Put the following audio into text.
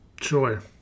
Sure